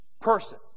person